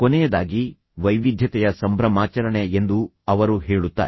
ಕೊನೆಯದಾಗಿ ವೈವಿಧ್ಯತೆಯ ಸಂಭ್ರಮಾಚರಣೆ ಎಂದು ಅವರು ಹೇಳುತ್ತಾರೆ